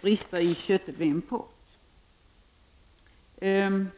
brister när det gäller det importerade köttet.